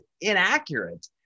inaccurate